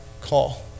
call